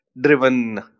driven